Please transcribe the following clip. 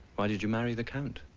why did you marry the count?